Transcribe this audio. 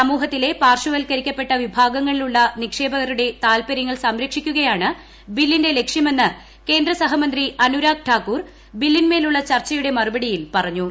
സമൂഹത്തിലെ പാർശ്വവൽക്കരിക്കപ്പെട്ട വിഭാഗങ്ങളിലുള്ള നിക്ഷേപകരുടെ താൽപ്പര്യങ്ങൾ സംരക്ഷിക്കുകയാണ് ബില്ലിന്റെ ലക്ഷ്യമെന്ന് കേന്ദ്ര സഹമന്ത്രി അനുരാഗ് ഠാക്കൂർ ബില്ലിന്മേലുള്ള ചർച്ചയുടെ മറുപടിയിൽ പറഞ്ഞു